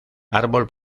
árbol